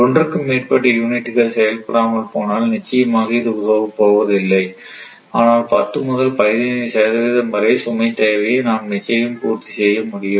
ஒன்றுக்கு மேற்பட்ட யூனிட்டுகள் செயல்படாமல் போனால் நிச்சயமாக இது உதவப் போவதில்லை ஆனால் 10 முதல் 15 சதவீதம் வரை சுமை தேவையை நாம் நிச்சயம் பூர்த்தி செய்ய முடியும்